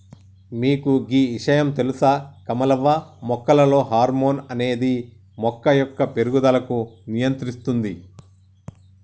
మీకు గీ ఇషయాం తెలుస కమలవ్వ మొక్కలలో హార్మోన్ అనేది మొక్క యొక్క పేరుగుదలకు నియంత్రిస్తుంది